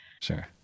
Sure